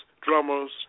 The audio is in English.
drummers